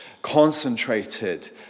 concentrated